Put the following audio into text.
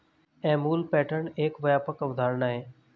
Amul pattern एक व्यापक अवधारणा है